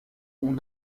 ont